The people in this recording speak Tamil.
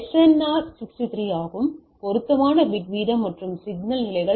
ஆர் 63 ஆகும் பொருத்தமான பிட் வீதம் மற்றும் சிக்னல் நிலைகள் யாவை